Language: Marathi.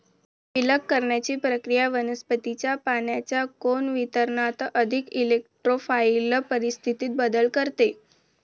विलग करण्याची प्रक्रिया वनस्पतीच्या पानांच्या कोन वितरणात अधिक इरेक्टोफाइल परिस्थितीत बदल करते